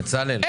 בצלאל, בצלאל.